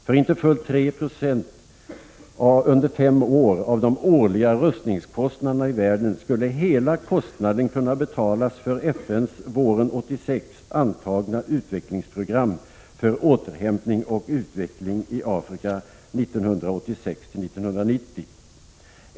För inte fullt 3 90 under fem år av de årliga rustningskostnaderna i världen skulle hela kostnaden kunna betalas för FN:s våren 1986 antagna utvecklingsprogram för återhämtning och utveckling i Afrika 1986-1990.